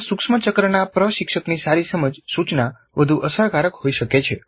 આ સૂક્ષ્મ ચક્રના પ્રશિક્ષકની સારી સમજ સૂચના વધુ અસરકારક હોઈ શકે છે